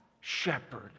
shepherd